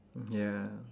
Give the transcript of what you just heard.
ya